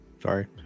Sorry